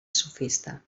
sofista